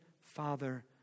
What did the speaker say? Father